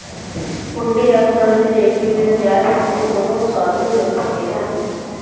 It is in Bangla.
হুন্ডি এক ধরণের এগ্রিমেন্ট যার সাথে কোনো শর্ত যোগ থাকে না